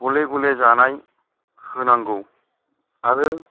गले गले जानाय होनांगौ आरो